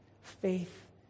faith